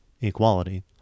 equality